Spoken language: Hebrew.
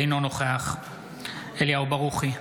אינו נוכח אליהו ברוכי,